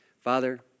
Father